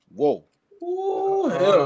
whoa